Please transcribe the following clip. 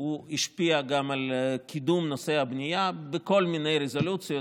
הוא השפיע גם על קידום נושא הבנייה בכל מיני רזולוציות,